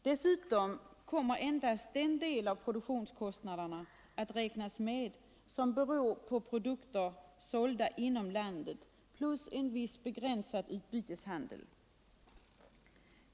Dessutom kommer endast den del av produktionskostnaderna att räknas med som beror på produkter sålda inom landet plus en viss begränsad utbyteshandel.